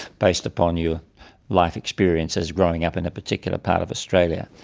based upon your life experience as growing up in a particular part of australia.